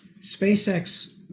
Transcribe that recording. SpaceX